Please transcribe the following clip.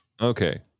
Okay